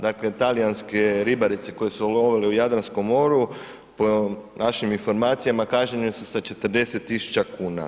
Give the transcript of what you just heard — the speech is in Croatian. Dakle talijanske ribarice koje su lovile u Jadranskom moru po našim informacijama kažnjene su sa 40 tisuća kuna.